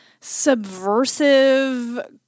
subversive